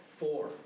Four